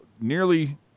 nearly